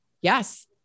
Yes